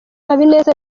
habineza